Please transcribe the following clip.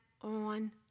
on